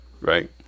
Right